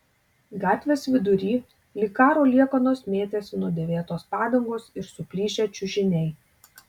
gatvės vidury lyg karo liekanos mėtėsi nudėvėtos padangos ir suplyšę čiužiniai